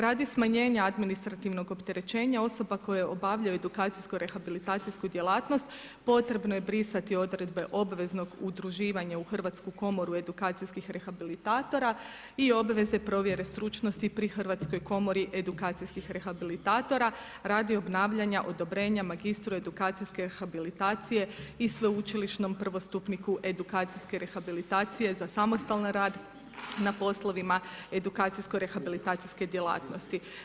Radi smanjenja administrativnog opterećenja osoba koje obavljaju edukacijsko rehabilitacijsku djelatnost potrebno je brisati odredbe obveznog udruživanja u Hrvatsku komoru edukacijskih rehabilitatora i obveze provjere stručnosti pri Hrvatskoj komori edukacijskih rehabilitatora radi obnavljanja odobrenja magistru edukacijske rehabilitacije i sveučilišnom prvostupniku edukacijske rehabilitacije za samostalan rad na poslovima edukacijsko rehabilitacijske djelatnosti.